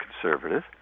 conservative